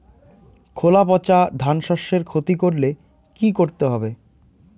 খোলা পচা ধানশস্যের ক্ষতি করলে কি করতে হবে?